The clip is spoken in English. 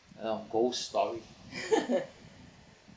ya ghost story